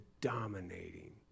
dominating